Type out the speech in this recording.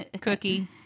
cookie